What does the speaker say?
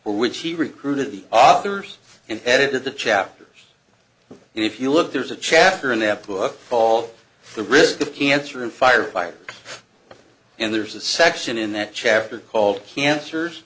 which he recruited the authors and edited the chapters and if you look there's a chapter in that book all the risk of cancer and fire fire and there's a section in that chapter called cancers